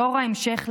דור ההמשך,